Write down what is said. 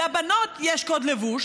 לבנות יש קוד לבוש,